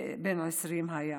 בן 20 היה.